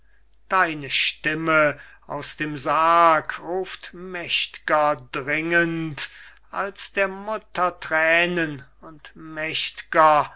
entziehen deine stimme aus dem sarg ruft mächt'ger dringend als der mutter thränen und mächt'ger